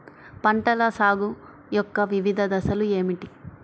పంటల సాగు యొక్క వివిధ దశలు ఏమిటి?